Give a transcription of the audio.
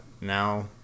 now